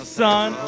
son